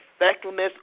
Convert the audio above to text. effectiveness